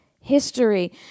history